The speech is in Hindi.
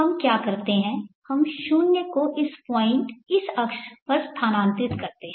हम क्या करते हैं हम 0 को इस पॉइंट इस अक्ष पर स्थानांतरित करते हैं